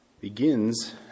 begins